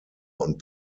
und